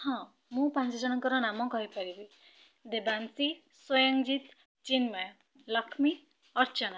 ହଁ ମୁଁ ପାଞ୍ଚଜଣଙ୍କର ନାମ କହିପାରିବି ଦେବାଂଶୀ ସ୍ଵୟଂଜିତ ଚିନ୍ମୟ ଲକ୍ଷ୍ମୀ ଅର୍ଚ୍ଚନା